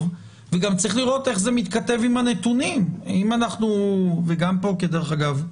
וגם צריך לראות איך זה מתכתב עם הנתונים וגם פה דרך אגב,